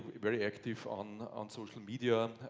very active on on social media,